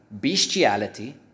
bestiality